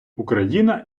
україна